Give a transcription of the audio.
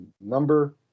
number